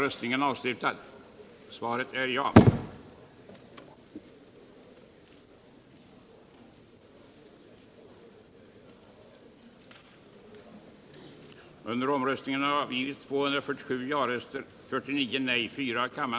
I anslutning härtill har ett stort antal bidragsformer vuxit fram för statligt stöd till företagen. Stödet har utgått både i form av bidrag och som lån i olika former.